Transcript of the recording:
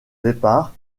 départ